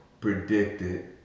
predicted